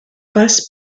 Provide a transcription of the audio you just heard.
passe